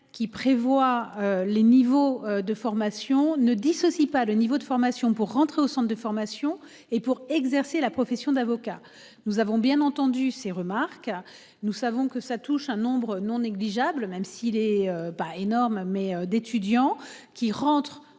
qui prévoit les niveaux de formation ne dissocie pas le niveau de formation pour rentrer au centre de formation et pour exercer la profession d'avocat. Nous avons bien entendu ces remarques. Nous savons que ça touche un nombre non négligeable même s'il est pas énorme mais d'étudiants qui rentrent